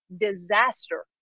disaster